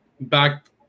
back